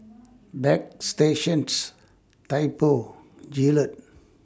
Bagstationz Typo Gillette